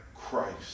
Christ